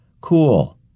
Cool